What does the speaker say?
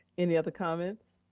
any other comments?